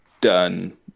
done